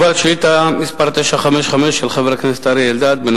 המציע מבקש דיון בוועדת הפנים, אז הצבעה.